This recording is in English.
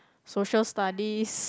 Social Studies